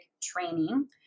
training